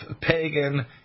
pagan